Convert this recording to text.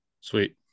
Sweet